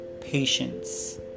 patience